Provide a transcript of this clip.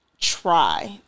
try